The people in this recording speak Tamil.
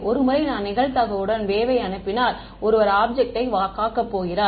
ஒருமுறை நான் நிகழ்தகவுடன் வேவ்யை அனுப்பினால் ஒருவர் ஆப்ஜெக்ட்டை தாக்கப் போகிறார்